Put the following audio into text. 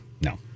no